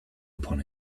upon